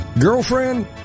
Girlfriend